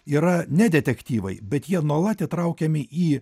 yra ne detektyvai bet jie nuolat įtraukiami į